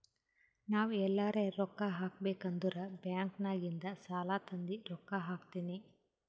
ನಾವ್ ಎಲ್ಲಾರೆ ರೊಕ್ಕಾ ಹಾಕಬೇಕ್ ಅಂದುರ್ ಬ್ಯಾಂಕ್ ನಾಗಿಂದ್ ಸಾಲಾ ತಂದಿ ರೊಕ್ಕಾ ಹಾಕ್ತೀನಿ